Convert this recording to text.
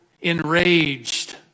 enraged